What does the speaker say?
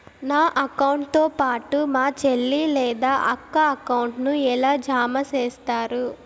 నా అకౌంట్ తో పాటు మా చెల్లి లేదా అక్క అకౌంట్ ను ఎలా జామ సేస్తారు?